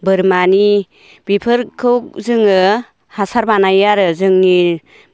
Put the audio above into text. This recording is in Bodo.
बोरमानि बेफोरखौ जोङो हासार बानायो आरो जोंनि